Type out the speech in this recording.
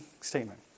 statement